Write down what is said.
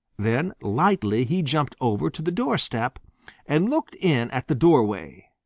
then lightly he jumped over to the doorstep and looked in at the doorway.